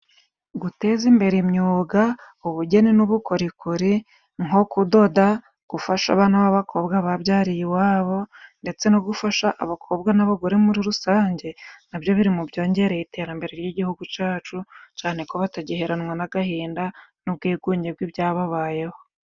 Guteza imbere imyuga, ubugeni n'ubukorikori nko kudoda, gufasha abana b'abakobwa babyariye iwabo ndetse no gufasha abakobwa n'abagore muri rusange nabyo biri mu byongereye iterambere ry'igihugu cyacu cyane kuba batagiheranwa n'agahinda n'ubwigunge bw'ibyababayeho.